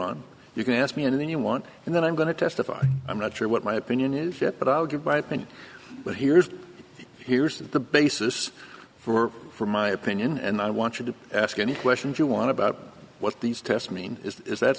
on you can ask me anything you want and then i'm going to testify i'm not sure what my opinion is but i'll get by i think but here's here's the basis for for my opinion and i want you to ask any questions you want about what these tests mean is that